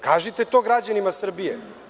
Kažite to građanima Srbije.